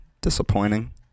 Disappointing